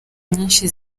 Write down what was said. nyinshi